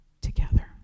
together